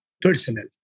personal